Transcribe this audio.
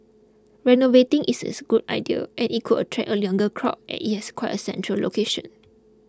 renovating it is a good idea and it could attract a younger crowd as it has quite a central location